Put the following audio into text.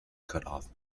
cutoff